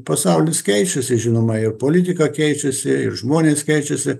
pasaulis keičiasi žinoma ir politika keičiasi ir žmonės keičiasi